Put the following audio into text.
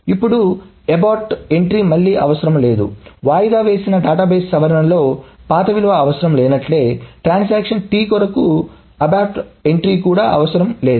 ఇప్పుడు abort T entry మళ్లీ అవసరం లేదు వాయిదా వేసిన డేటాబేస్ సవరణలో పాత విలువ అవసరం లేనట్లే ట్రాన్సాక్షన్ T కొరకు అబార్ట్ ఎంట్రీ కూడా అవసరం లేదు